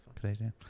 crazy